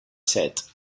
set